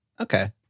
Okay